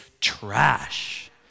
trash